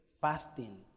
fasting